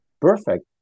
perfect